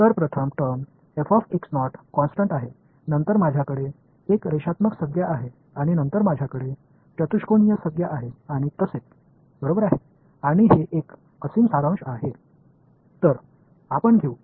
எனவே முதல் வெளிப்பாடு நிலையான பின்னர் எனக்கு ஒரு லீனியர்வெளிப்பாடு உள்ளது பின்னர் எனக்கு குவாடிரிக் வெளிப்பாடு உள்ளது அதனால் அது எல்லையற்ற சுருக்கமாகும்